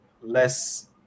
less